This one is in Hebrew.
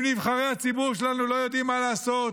אם נבחרי הציבור שלנו לא יודעים מה לעשות,